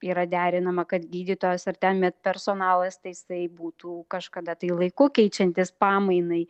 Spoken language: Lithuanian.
yra derinama kad gydytojas ar ten med personalas tai jisai būtų kažkada tai laiku keičiantis pamainai